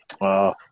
Wow